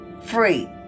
free